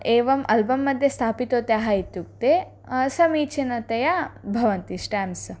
एवम् अल्बम्मध्ये स्थापितवन्तः इत्युक्ते समीचीनतया भवन्ति स्टेम्प्स्